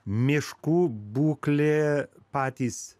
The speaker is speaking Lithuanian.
miškų būklė patys